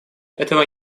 этого